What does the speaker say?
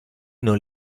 non